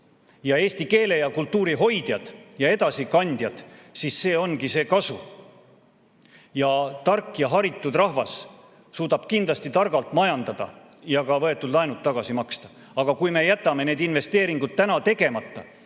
eesti keele ja kultuuri hoidjad ja edasikandjad, siis see ongi see kasu. Tark ja haritud rahvas suudab kindlasti targalt majandada ja ka võetud laenud tagasi maksta. Aga kui me jätame need investeeringud täna tegemata,